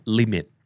limit